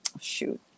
shoot